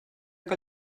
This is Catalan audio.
que